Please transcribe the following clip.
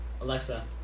Alexa